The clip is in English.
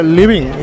living